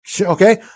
Okay